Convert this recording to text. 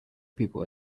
people